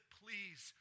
please